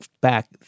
back